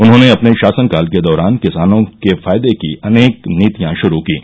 उन्होंने अपने शासनकाल के दौरान किसानों के फायदे की अनेक नीतियां शुरू कीं